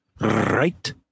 right